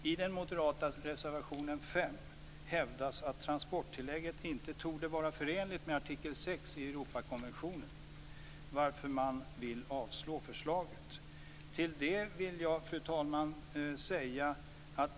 I den moderata reservationen 5 hävdas att transporttillägget inte torde vara förenligt med artikel 6 i Europakonventionen, varför man vill yrka avslag på förslaget. Fru talman!